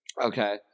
Okay